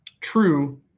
true